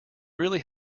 really